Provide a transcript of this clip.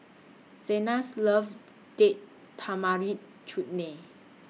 Zenas loves Date Tamarind Chutney